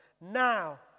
Now